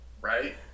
Right